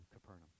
Capernaum